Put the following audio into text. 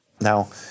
Now